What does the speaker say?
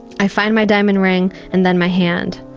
i find my diamond ring and then my hand.